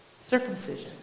Circumcision